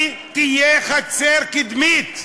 היא תהיה חצר קדמית.